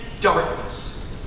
darkness